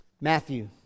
Matthew